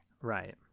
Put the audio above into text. Right